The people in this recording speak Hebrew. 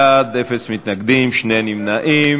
27 בעד, אין מתנגדים, שני נמנעים.